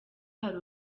hari